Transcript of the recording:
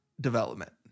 development